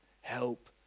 help